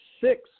six